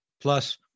plus